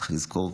צריך לזכור,